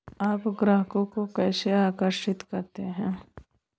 आप ग्राहकों को कैसे आकर्षित करते हैं?